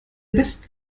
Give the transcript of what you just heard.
besten